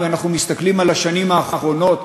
אם אנחנו מסתכלים על השנים האחרונות,